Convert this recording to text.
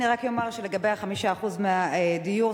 אני רק אומר שלגבי ה-5% מהדירות,